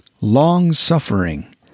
long-suffering